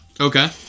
Okay